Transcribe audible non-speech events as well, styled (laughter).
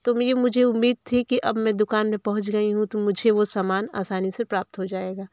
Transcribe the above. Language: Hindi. तो (unintelligible) मुझे उम्मीद थी अब मैं दुकान में पहुँच गई हूँ तो मुझे वह समान आसानी प्राप्त हो जाएगा